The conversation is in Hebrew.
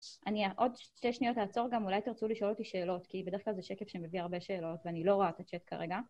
אני עוד שתי שניות אעצור, גם אולי תרצו לשאול אותי שאלות, כי בדרך כלל זה שקף שמביא הרבה שאלות, ואני לא רואה את הצ'אט כרגע